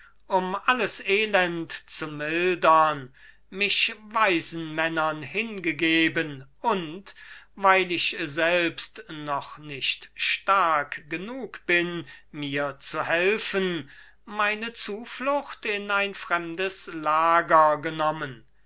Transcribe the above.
um alles elend zu mildern mich weisen männern hingegeben und weil ich selbst noch nicht stark genug bin mir zu helfen meine zuflucht in ein fremdes lager genommen